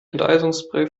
enteisungsspray